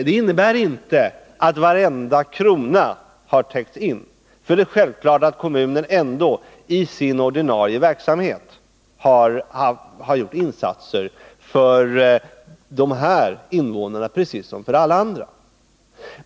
Det innebär inte att varenda krona har täckts in, för det är självklart att kommunen ändå i sin ordinarie verksamhet har gjort insatser för de här invånarna precis som för alla andra.